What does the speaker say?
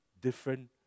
different